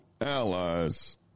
allies